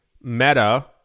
Meta